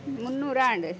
ಮುನ್ನೂರು ಆಂಡು